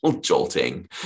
jolting